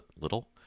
little